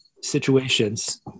situations